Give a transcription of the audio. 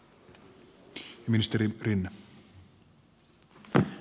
arvoisa puhemies